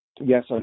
Yes